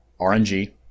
RNG